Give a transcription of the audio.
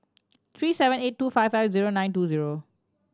three seven eight two five five zero nine two zero